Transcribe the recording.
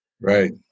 Right